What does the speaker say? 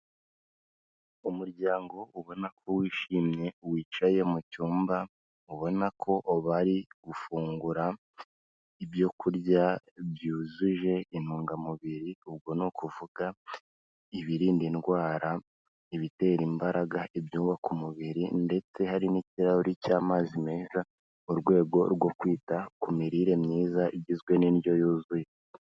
Umuryango ubona ko wishimye wicaye mu cyumba, ubona ko bari gufungura ibyo kurya byuzuje intungamubiri, ubwo ni ukuvuga ibirinda indwara, ibitera imbaraga, ibyubaka umubiri ndetse hari n'ikirahuri cy'amazi meza, mu rwego rwo kwita ku mirire myiza igizwe n'indyo yuzuye.